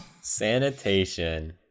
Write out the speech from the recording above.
Sanitation